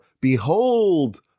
Behold